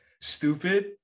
Stupid